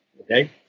okay